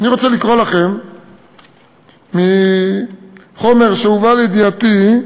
אני רוצה לקרוא לכם מחומר שהובא לידיעתי,